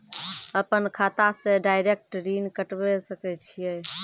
अपन खाता से डायरेक्ट ऋण कटबे सके छियै?